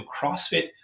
CrossFit